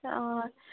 অঁ